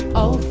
oh,